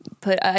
put